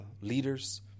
leaders